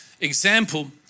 example